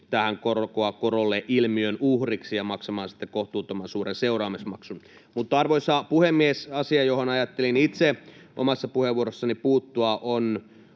tämän korkoa korolle -ilmiön uhriksi ja maksamaan sitten kohtuuttoman suuren seuraamusmaksun. Mutta, arvoisa puhemies, asia, johon ajattelin itse omassa puheenvuorossani puuttua, on